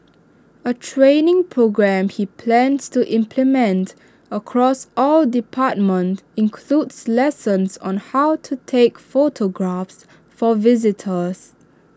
A training programme he plans to implement across all departments includes lessons on how to take photographs for visitors